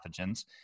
pathogens